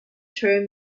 term